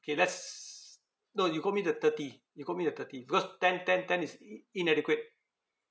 K let's no you quote me the thirty you quote me the thirty because ten ten ten is i~ inadequate